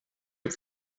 heb